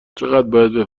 چقدر